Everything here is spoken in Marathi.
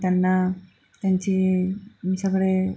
त्यांना त्यांची सगळे